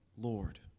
Lord